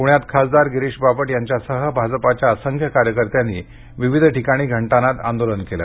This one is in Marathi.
पूण्यात खासदार गिरीश बापट यांच्यासह भाजपाच्या असंख्य कार्यकर्त्यांनी विविध ठिकाणी घंटानाद आंदोलन केले